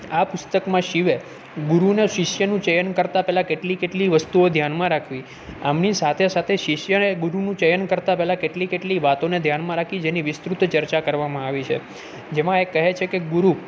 આ પુસ્તકમાં શિવે ગુરુને શિષ્યનું ચયન કરતાં પહેલાં કેટલી કેટલી વસ્તુઓ ધ્યાનમાં રાખવી આમની સાથે સાથે શિષ્યએ ગુરુનું ચયન કરતાં પહેલાં કેટલી કેટલી વાતોને ધ્યાનમાં રાખી જેની વિસ્તૃત ચર્ચા કરવામાં આવી છે જેમાં એ કહે છે કે ગુરુ